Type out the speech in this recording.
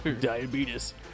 Diabetes